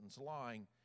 lying